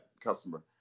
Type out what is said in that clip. customer